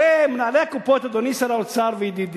הרי מנהלי הקופות, אדוני וידידי